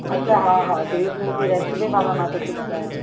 अच्छा हा हा ग्रीन जूस जी रैसिपी माना मां तोखे ॿुधायां